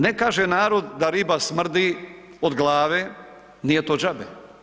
Ne kaže narod da riba smrdi od glave, nije to džabe.